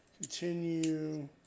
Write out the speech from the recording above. continue